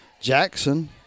Jackson